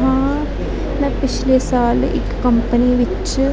ਹਾਂ ਮੈਂ ਪਿਛਲੇ ਸਾਲ ਇੱਕ ਕੰਪਨੀ ਵਿੱਚ